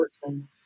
person